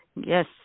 Yes